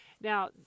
Now